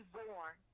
born